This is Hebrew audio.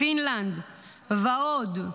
פינלנד ועוד,